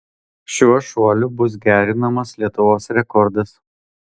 šiuo šuoliu bus gerinamas lietuvos rekordas